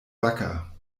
wacker